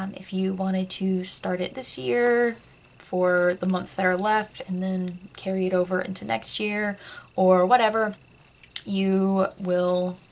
um if you wanted to start it this year for the months that are left and then carry it over into next year or whatever you will